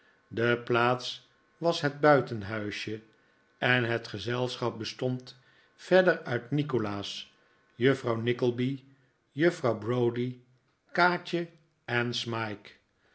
de plaats was het buitenhuisje en het gezelschap bestond verder uit nikolaas juffrouw nickleby juffrouw browdie kaatje en smike